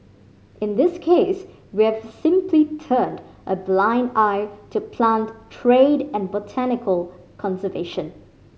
in this case we've simply turned a blind eye to plant trade and botanical conservation